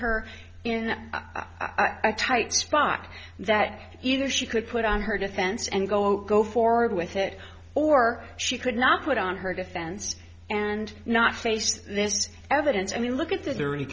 her in a tight spot that either she could put on her defense and go go forward with it or she could not put on her defense and not face this evidence i mean look at th